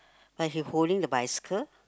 like he holding the bicycle